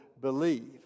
believe